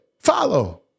Follow